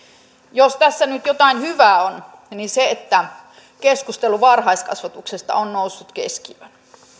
jos tässä nyt jotain hyvää on niin se että keskustelu varhaiskasvatuksesta on noussut keskiöön